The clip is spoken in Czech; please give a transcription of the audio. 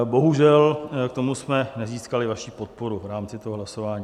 Bohužel k tomu jsme nezískali vaši podporu v rámci hlasování.